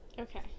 Okay